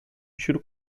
tiro